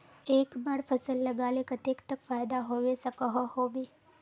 एक बार फसल लगाले कतेक तक फायदा होबे सकोहो होबे?